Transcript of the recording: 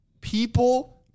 People